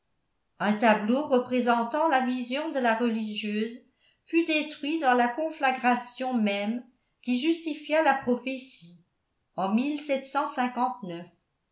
un tableau représentant la vision de la religieuse fut détruit dans la conflagration même qui justifia la prophétie en